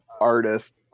artist